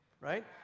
right